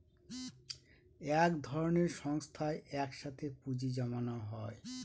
এক ধরনের সংস্থায় এক সাথে পুঁজি জমানো হয়